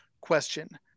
question